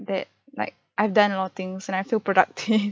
that like I've done a lot of things and I feel productive